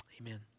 Amen